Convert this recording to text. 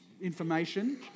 information